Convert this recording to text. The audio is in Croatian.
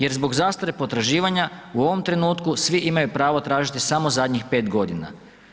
Jer zbog zastare potraživanja u ovom trenutku svi imaju pravo tražiti samo zadnjih 5 godina.